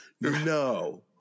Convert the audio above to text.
no